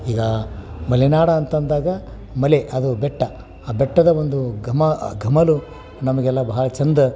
ಈಗ ಮಲೆನಾಡು ಅಂತಂದಾಗ ಮಲೆ ಅದು ಬೆಟ್ಟ ಆ ಬೆಟ್ಟದ ಒಂದು ಘಮ ಆ ಘಮಲು ನಮಗೆಲ್ಲ ಬಹಳ ಚೆಂದ